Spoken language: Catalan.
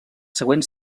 següents